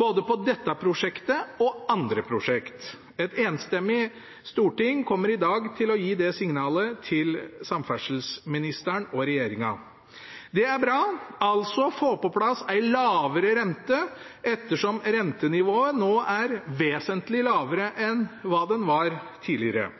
både på dette prosjektet og andre prosjekt. Et enstemmig storting kommer i dag til å gi det signalet til samferdselsministeren og regjeringen. Det er bra, altså å få på plass en lavere rente, ettersom rentenivået nå er vesentlig lavere enn hva det var tidligere.